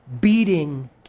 beating